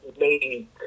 made